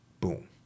boom